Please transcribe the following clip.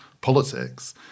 politics